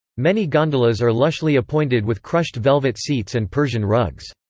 many gondolas are lushly appointed with crushed velvet seats and persian rugs.